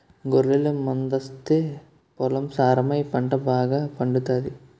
గొర్రెల మందాస్తే పొలం సారమై పంట బాగాపండుతాది